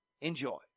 Enjoy